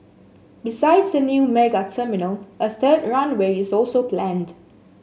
besides a new mega terminal a third runway is also planned